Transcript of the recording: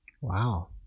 Wow